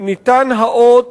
ניתן האות